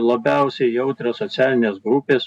labiausiai jautrios socialinės grupės